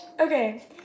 Okay